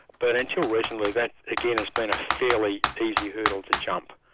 but until recently, that again has been a fairly easy hurdle to jump,